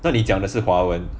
那里讲的是华文